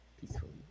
peacefully